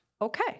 Okay